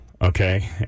Okay